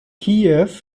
kiew